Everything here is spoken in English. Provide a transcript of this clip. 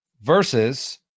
versus